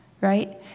Right